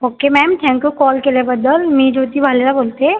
okay ma'am thank you call केल्याबद्दल मी ज्योती वालिया बोलते आहे